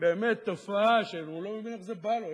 באמת הופעה שהוא לא הבין איך זה בא לו,